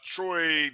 Troy